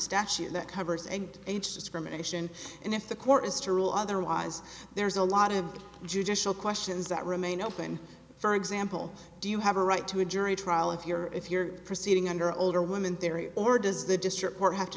statute that covers and age discrimination and if the court is to rule otherwise there's a lot of judicial questions that remain open for example do you have a right to a jury trial if you're if you're proceeding under older women theory or does the district court have to